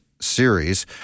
series